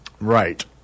Right